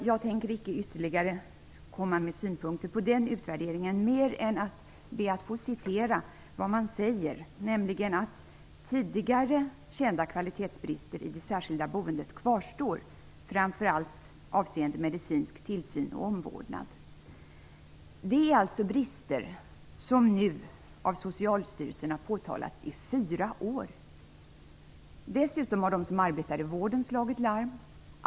Jag tänker icke komma med ytterligare synpunkter på den utvärderingen mer än att citera det som man säger: "Tidigare kända kvalitetsbrister i det särskilda boendet kvarstår framför allt avseende medicinsk tillsyn och omvårdnad." Detta är alltså brister som nu Socialstyrelsen har påtalat i fyra år. Dessutom har de som arbetar inom vården slagit larm.